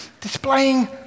displaying